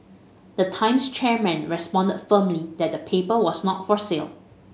the Times chairman responded firmly that the paper was not for sale